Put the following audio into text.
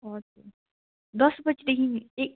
दस बजीदेखिन् ए